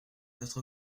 notre